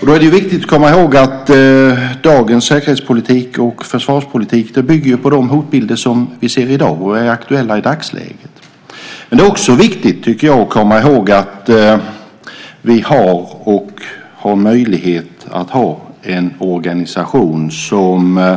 Det är viktigt att komma ihåg att dagens säkerhets och försvarspolitik bygger på de hotbilder vi ser som aktuella i dagsläget. Men det är också viktigt att vi har en organisation som